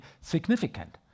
significant